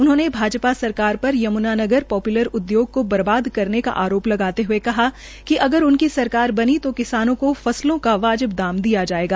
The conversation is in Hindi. उन्होंने भाजपा सरकार पर यमुनानगर पाप्लर उद्योग को बर्बाद करने का आरोप लगाते हये कहा कि अगर उनकी सरकार बनी तो किसानों को फसलों का वाजिब दाम दिया जायेगा